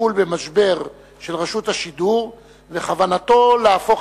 בטיפול במשבר של רשות השידור וכוונתו להפוך